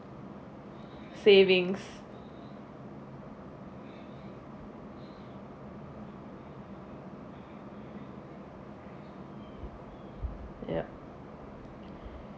savings yup